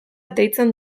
deitzen